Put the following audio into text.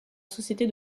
société